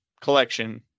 collection